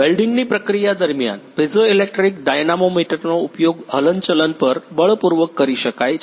વેલ્ડીંગની પ્રક્રિયા દરમિયાન પીઝોઇલેક્ટ્રિક ડાયનામોમીટરનો ઉપયોગ હલન ચલન પર બળપૂર્વક કરી શકાય છે